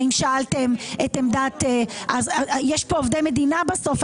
יש פה עובדי מדינה בסוף,